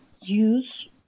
use